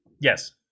Yes